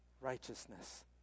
righteousness